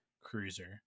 cruiser